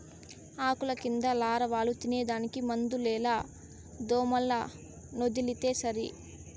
ఆకుల కింద లారవాలు తినేదానికి మందులేల దోమలనొదిలితే సరి